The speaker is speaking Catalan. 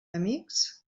amics